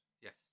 Yes